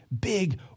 big